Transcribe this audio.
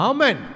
Amen